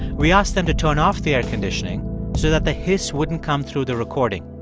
we asked them to turn off the air conditioning so that the hiss wouldn't come through the recording.